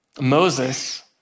Moses